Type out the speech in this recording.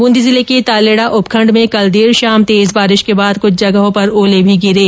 बूंदी जिले के तालेडॉ उपखण्ड में कल देर शाम र्तेज बारिश के बाद कुछ जगहों पर ओले मी गिरे